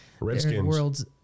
Redskins